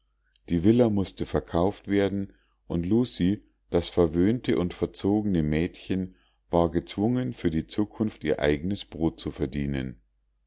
die villa mußte verkauft werden und lucie das verwöhnte und verzogene mädchen war gezwungen für die zukunft ihr eignes brot zu verdienen